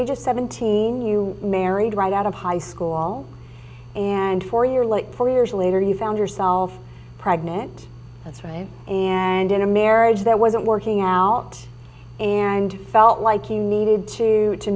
age of seventeen you married right out of high school and for your late four years later you found yourself pregnant afraid and in a marriage that wasn't working out and felt like you needed to